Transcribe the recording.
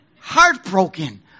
Heartbroken